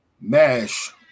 Mash